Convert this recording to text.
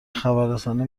خبررسانی